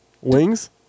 Wings